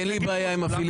אין לי בעיה עם הפיליבסטר,